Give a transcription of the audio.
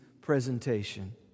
presentation